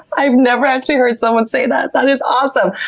i've never actually heard someone say that. that is awesome.